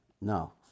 no